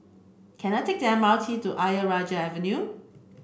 can I take the M R T to Ayer Rajah Avenue